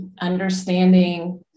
understanding